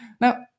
Now